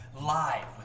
live